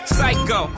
Psycho